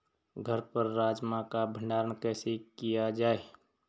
घर पर राजमा का भण्डारण कैसे किया जाय?